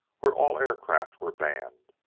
where all aircraft were banned.